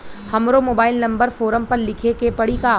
हमरो mobile number form पर लिखे के पड़ी का?